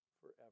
forever